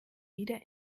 wieder